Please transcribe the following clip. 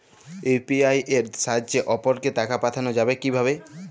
UPI এর সাহায্যে অপরকে টাকা পাঠানো যাবে কিভাবে?